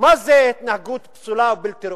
מה זה התנהגות פסולה ובלתי ראויה?